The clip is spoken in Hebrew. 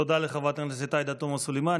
תודה לחברת הכנסת עאידה תומא סלימאן.